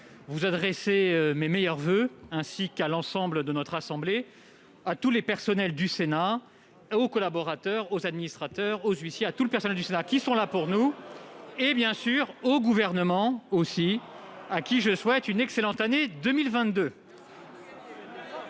vous adresser mes meilleurs voeux, ainsi qu'à l'ensemble de notre assemblée, aux collaborateurs, aux administrateurs, aux huissiers, à tous les personnels du Sénat qui sont là pour nous et, bien sûr, au Gouvernement, à qui je souhaite une excellente année 2022.